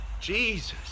Jesus